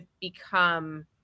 become